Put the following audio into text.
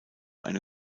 eine